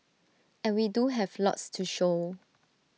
and we do have lots to show